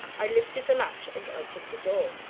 i lifted the latch and opened the door.